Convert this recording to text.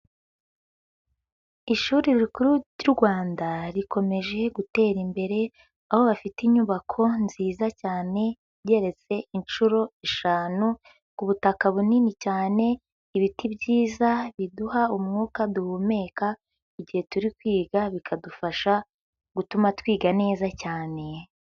Ishuri rikuru ry'u Rwanda, rikomeje gutera imbere, aho bafite inyubako nziza cyane, igeretse inshuro eshanu, ku butaka bunini cyane, ibiti byiza biduha umwuka duhumeka, igihe turi kwiga, bikadufasha gutuma twiga neza cyane.